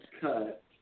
cut